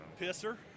Pisser